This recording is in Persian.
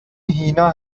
هینا